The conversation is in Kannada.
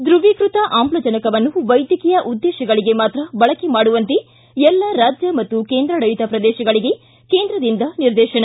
ಿ ದ್ರವೀಕೃತ ಆಮ್ಲಜನಕವನ್ನು ವೈದ್ಯಕೀಯ ಉದ್ದೇಶಗಳಿಗೆ ಮಾತ್ರ ಬಳಕೆ ಮಾಡುವಂತೆ ಎಲ್ಲ ರಾಜ್ಯ ಮತ್ತು ಕೇಂದ್ರಾಡಳಿತ ಪ್ರದೇಶಗಳಿಗೆ ಕೇಂದ್ರದಿಂದ ನಿರ್ದೇಶನ